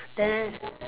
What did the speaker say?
then